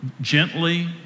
Gently